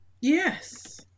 Yes